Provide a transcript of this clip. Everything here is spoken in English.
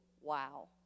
Wow